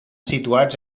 situats